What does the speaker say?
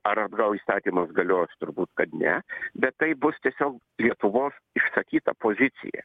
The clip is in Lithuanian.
ar atgal įstatymas galios turbūt kad ne bet taip bus tiesiog lietuvos išsakyta pozicija